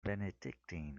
benedictine